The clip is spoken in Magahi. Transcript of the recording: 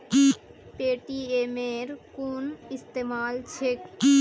पेटीएमेर कुन इस्तमाल छेक